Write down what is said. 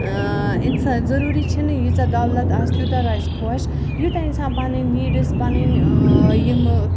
اِنسان ضروٗری چھُنہٕ ییٖژاہ دولت یا آسہِ توٗتاہ روزِ خۄش ییٚتین اِنسان پَنٕنۍ نیٖڈٕس پَنٕنۍ یِمہٕ